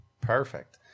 Perfect